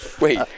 Wait